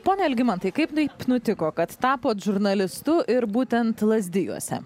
pone algimantai kaip taip nutiko kad tapote žurnalistu ir būtent lazdijuose